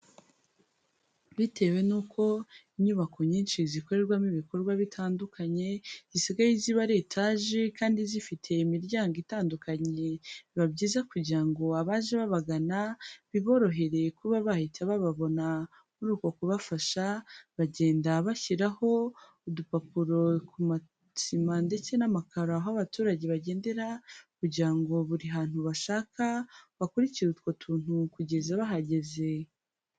Bitewe n'uko inyubako nyinshi zikorerwamo ibikorwa bitandukanye zisigaye ziba ari etaje kandi zifite imiryango itandukanye, biba byiza kugira ngo abaje babagana biborohere kuba bahita bababona, muri uko kubafasha bagenda bashyiraho udupapuro ku masima ndetse n'amakaro aho abaturage bagendera kugira ngo buri hantu bashaka bakurikire utwo tuntu kugeza bahageze.